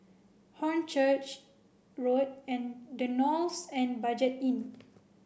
Hornchurch Road and the Knolls and Budget Inn